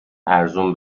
ارزون